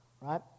right